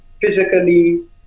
Physically